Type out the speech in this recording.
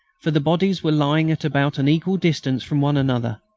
for the bodies were lying at about an equal distance from one another.